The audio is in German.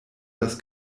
das